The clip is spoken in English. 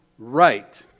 right